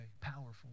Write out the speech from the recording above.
powerful